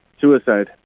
suicide